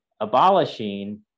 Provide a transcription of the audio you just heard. abolishing